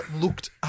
looked